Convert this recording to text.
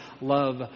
love